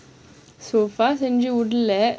so fast செஞ்சி உடல்ல:senji udalla